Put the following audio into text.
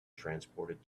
transported